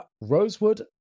rosewood